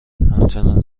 همچنان